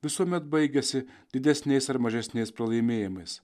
visuomet baigiasi didesniais ar mažesniais pralaimėjimais